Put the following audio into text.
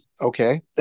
Okay